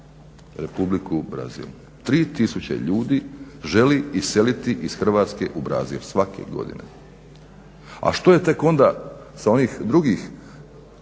Republiku Brazil. 3 tisuće ljudi želi iseliti iz Hrvatske u Brazil, svake godine. A što je tek onda sa onih drugih